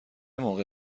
موقع